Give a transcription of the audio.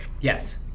yes